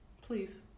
please